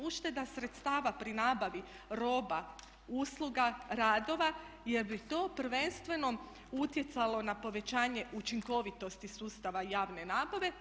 Ušteda sredstava pri nabavi roba, usluga, radova jer bi to prvenstveno utjecalo na povećanje učinkovitosti sustava javne nabave.